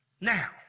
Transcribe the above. now